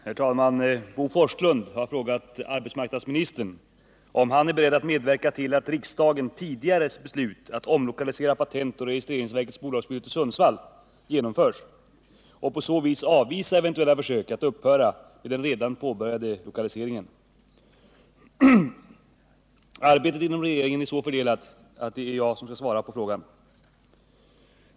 Herr talman! Bo Forslund har frågat arbetsmarknadsministern om han är beredd att medverka till att riksdagens tidigare beslut att omlokalisera patentoch registreringsverkets bolagsbyrå till Sundsvall genomförs och på så vis avvisa eventuella försök att upphöra med den redan påbörjade lokaliseringen. Arbetet inom regeringen är så fördelat att det är jag som skall svara på frågan.